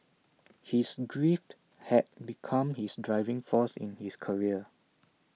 his grief had become his driving force in his career